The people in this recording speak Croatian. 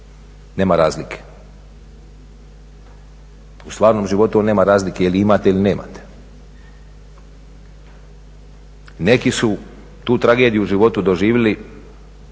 nema razlike. U stvarnom životu nema razlike je li imate ili nemate. Neki su tu tragediju u životu doživjeli